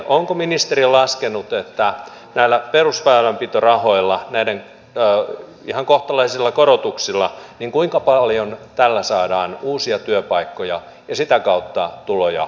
onko ministeri laskenut kuinka paljon näillä perusväylänpitorahojen ihan kohtalaisilla korotuksilla saadaan uusia työpaikkoja ja sitä kautta tuloja yhteiskunnalle